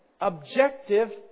Objective